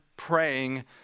praying